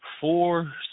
four